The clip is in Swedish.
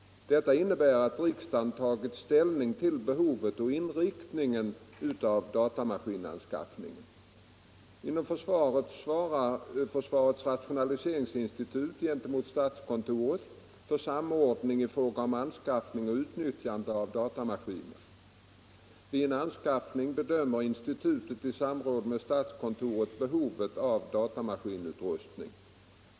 Detta innebär att riksdagen tagit ställning till behovet och inriktningen av datamaskinanskaffningen. Inom försvaret svarar försvarets rationaliseringsinstitut gentemot stats = Nr 30 kontoret för samordning i fråga om anskaffning och utnyttjande av da Torsdagen den tamaskiner. Vid en anskaffning bedömer institutet i samråd med stats 27 november 1975 kontoret behovet av datamaskinutrustning.